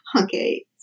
okay